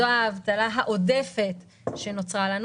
זו האבטלה העודפת שנוצרה לנו.